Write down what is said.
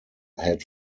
had